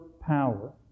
power